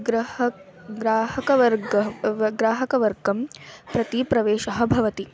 ग्रह ग्राहकवर्गः ग्राहकवर्गं प्रति प्रवेशः भवति